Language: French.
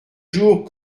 jours